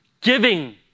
giving